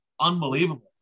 Unbelievable